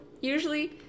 usually